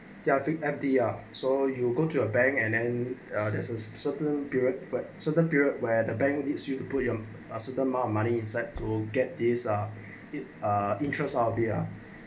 are three F_D ah so you will go through a bank and and uh there's a certain period but certain period where the bank leads you to put you on a certain amount of money inside to get this ah it uh interest out there